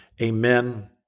Amen